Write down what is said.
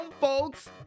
folks